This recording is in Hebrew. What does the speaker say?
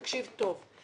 תקשיב טוב,